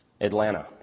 Atlanta